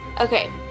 Okay